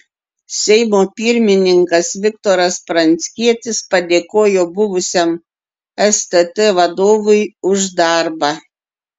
seimo pirmininkas viktoras pranckietis padėkojo buvusiam stt vadovui už darbą